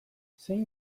zein